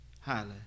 highly